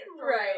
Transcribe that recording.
right